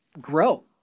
grow